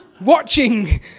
watching